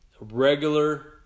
regular